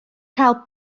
gael